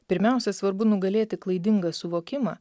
pirmiausia svarbu nugalėti klaidingą suvokimą